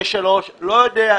לא יודע.